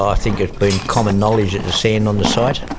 um think it's been common knowledge that there's sand on the site,